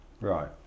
Right